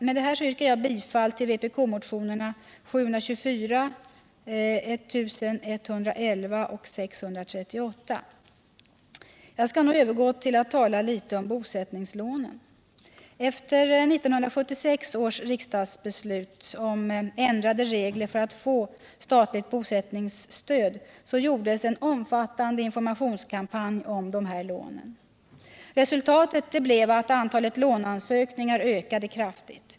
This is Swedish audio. Med detta yrkar jag bifall till vpk-motionerna 724, 1111 och 638. Jag skall nu övergå till att tala litet om bosättningslånen. Efter 1976 års riksdagsbeslut om ändrade regler för att få statligt bosättningsstöd gjordes en omfattande informationskampanj om dessa lån. Resultatet blev att antalet låneansökningar ökade kraftigt.